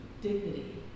dignity